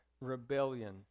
rebellion